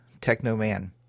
technoman